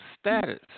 status